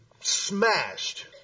smashed